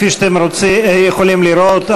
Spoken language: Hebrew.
כפי שאתם יכולים לראות,